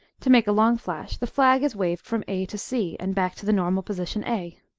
to make a long flash, the flag is waved from a to c, and back to the normal position a.